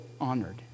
honored